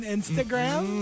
Instagram